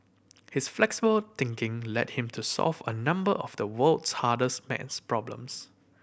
his flexible thinking led him to solve a number of the world's hardest maths problems